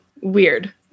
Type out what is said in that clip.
Weird